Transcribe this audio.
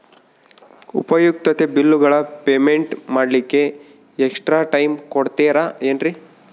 ಉಪಯುಕ್ತತೆ ಬಿಲ್ಲುಗಳ ಪೇಮೆಂಟ್ ಮಾಡ್ಲಿಕ್ಕೆ ಎಕ್ಸ್ಟ್ರಾ ಟೈಮ್ ಕೊಡ್ತೇರಾ ಏನ್ರಿ?